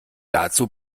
dazu